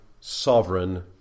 sovereign